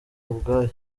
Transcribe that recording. ubwabyo